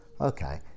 okay